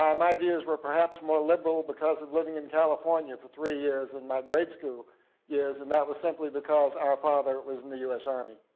my views were perhaps more liberal because of living in california for three years in my grade school years and that was simply because our father was in the u s. army.